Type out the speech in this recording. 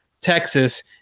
Texas